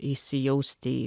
įsijaust į